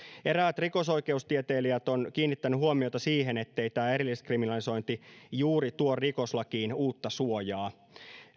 eräät rikosoikeustieteilijät ovat kiinnittäneet huomiota siihen ettei tämä erilliskriminalisointi juuri tuo rikoslakiin uutta suojaa